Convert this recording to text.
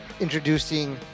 introducing